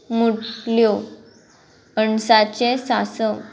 मुटल्यो अणसाचें सासव